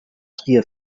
trier